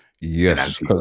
yes